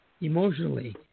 emotionally